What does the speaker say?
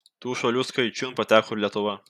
tų šalių skaičiun pateko ir lietuva